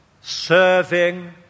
serving